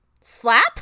slap